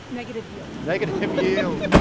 negative yield negative yield,